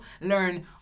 learn